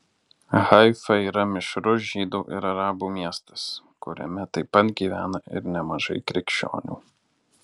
haifa yra mišrus žydų ir arabų miestas kuriame taip pat gyvena ir nemažai krikščionių